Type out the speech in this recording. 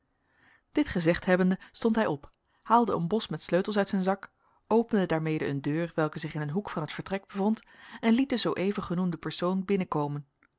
dit gezegd hebbende stond hij op haalde een bos met sleutels uit zijn zak opende daarmede een deur welke zich in een hoek van het vertrek bevond en liet den zooeven genoemden persoon binnenkomen